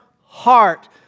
heart